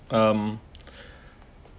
um